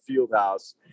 Fieldhouse